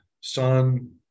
son